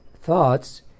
thoughts